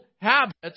habits